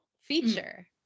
feature